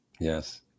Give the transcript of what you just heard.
Yes